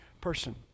person